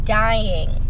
dying